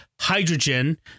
hydrogen